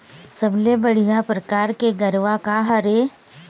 सबले बढ़िया परकार के गरवा का हर ये?